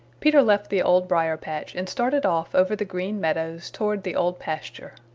peter left the old briar-patch and started off over the green meadows towards the old pasture.